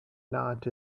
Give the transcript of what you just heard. not